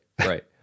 right